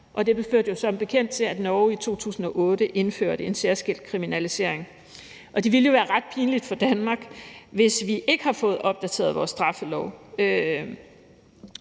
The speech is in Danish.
Det førte som bekendt til, at Norge i 2008 indførte en særskilt kriminalisering. Og det ville være ret pinligt for Danmark, hvis vi ikke har fået opdateret vores straffelov,